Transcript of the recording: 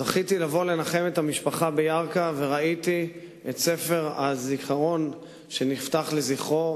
זכיתי לבוא לנחם את המשפחה בירכא וראיתי את ספר הזיכרון שנפתח לזכרו,